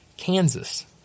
Kansas